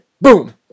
boom